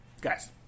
guys